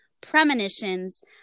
premonitions